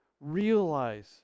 realize